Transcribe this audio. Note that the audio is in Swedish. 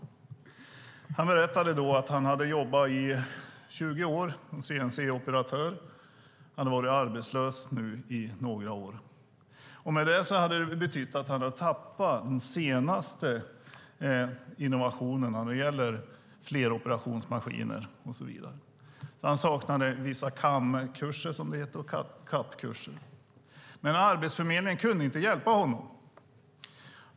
Mannen berättade att han hade jobbat i 20 år som CNC-operatör. Han hade nu varit arbetslös i några år. I och med det hade han gått miste om de senaste innovationerna när det gäller fleroperationsmaskiner och så vidare. Han saknade vissa CAM-kurser, som det heter, och CAD-kurser. Men Arbetsförmedlingen kunde inte hjälpa honom.